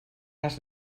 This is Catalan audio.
les